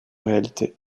réalité